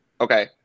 Okay